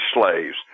slaves